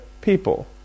people